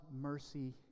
mercy